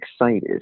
excited